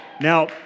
Now